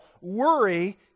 worry